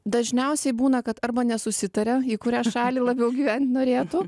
dažniausiai būna kad arba nesusitaria į kurią šalį labiau gyvent norėtų